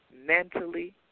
Mentally